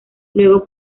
luego